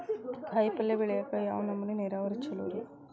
ಕಾಯಿಪಲ್ಯ ಬೆಳಿಯಾಕ ಯಾವ ನಮೂನಿ ನೇರಾವರಿ ಛಲೋ ರಿ?